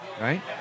Right